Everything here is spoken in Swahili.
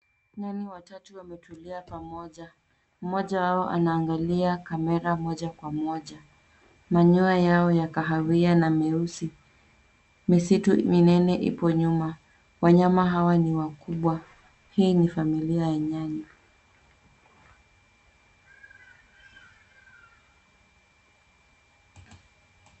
Nyani watatu wametulia pamoja, mmoja wao anaangalia kamera moja kwa moja, manyoya yao ya kahawia na meusi. Misitu minene ipo nyuma, wanyama hawa ni wakubwa, hii ni familia ya nyani.